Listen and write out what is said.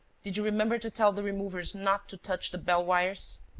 did you remember to tell the removers not to touch the bell-wires?